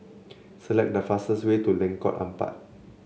select the fastest way to Lengkok Empat